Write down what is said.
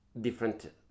different